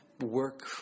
work